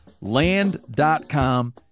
Land.com